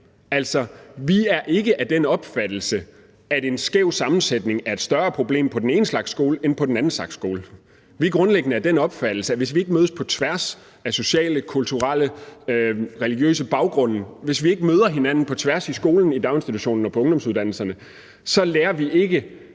at vi ikke er af den opfattelse, at en skæv sammensætning er et større problem på den ene slags skole, end det er på den anden slags skole. Vi er grundlæggende af den opfattelse, at hvis ikke vi mødes på tværs af sociale, kulturelle og religiøse baggrunde, og hvis ikke vi møder hinanden på tværs i skolen, i daginstitutionen og på ungdomsuddannelserne, lærer vi ikke